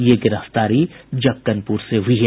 ये गिरफ्तारी जक्कनपुर से हुई है